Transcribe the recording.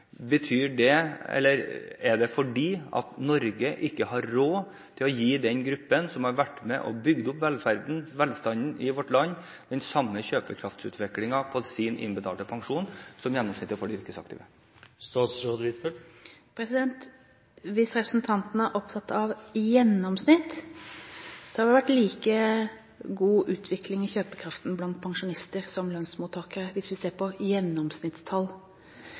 Er det fordi Norge ikke har råd til å gi den gruppen som har vært med og bygd opp velferden og velstanden i vårt land, den samme kjøpekraftsutviklingen på sin innbetalte pensjon som gjennomsnittet for de yrkesaktive? Hvis representanten er opptatt av gjennomsnitt, så har det vært like god utvikling i kjøpekraften blant pensjonister som blant lønnsmottakere, hvis vi ser på gjennomsnittstall.